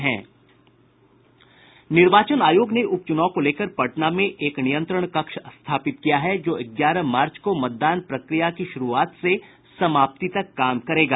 निर्वाचन आयोग ने उप चूनाव को लेकर पटना में एक नियंत्रण कक्ष स्थापित किया है जो ग्यारह मार्च को मतदान प्रक्रिया की शुरूआत से समाप्ति तक काम करेगा